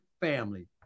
family